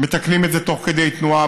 מתקנים את זה תוך כדי תנועה,